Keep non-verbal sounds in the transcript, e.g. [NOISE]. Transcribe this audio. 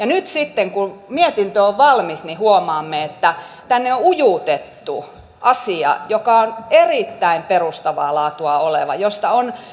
[UNINTELLIGIBLE] nyt sitten kun mietintö on valmis huomaamme että tänne on on ujutettu asia joka on erittäin perustavaa laatua oleva josta on